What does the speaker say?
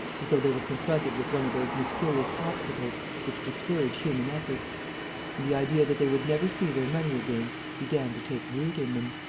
as though they were confronted with one of those mysterious obstacles which discourage human effort. and the idea that they would never see their money again began to take root in them.